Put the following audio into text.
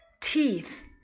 Teeth